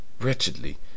Wretchedly